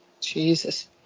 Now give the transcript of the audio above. Jesus